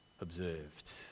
observed